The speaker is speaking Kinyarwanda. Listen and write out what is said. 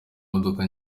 modoka